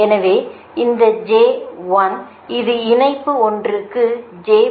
எனவே இந்த j 1 இது இணைப்பு ஒன்றுக்கு j 0